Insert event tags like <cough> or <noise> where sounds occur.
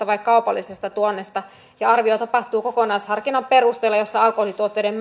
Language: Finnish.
<unintelligible> vai kaupallisesta tuonnista ja arvio tapahtuu kokonaisharkinnan perusteella jossa alkoholituotteiden <unintelligible>